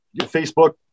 Facebook